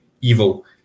evil